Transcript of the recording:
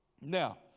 Now